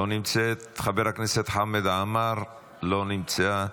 לא נמצאת, חבר הכנסת חמד עמאר, לא נמצא,